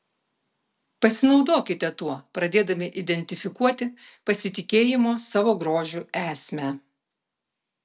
pasinaudokite tuo pradėdami identifikuoti pasitikėjimo savo grožiu esmę